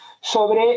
sobre